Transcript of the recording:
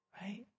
right